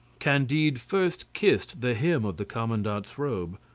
candide first kissed the hem of the commandant's robe,